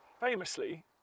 Famously